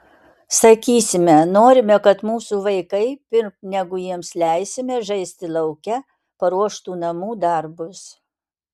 sakysime norime kad mūsų vaikai pirm negu jiems leisime žaisti lauke paruoštų namų darbus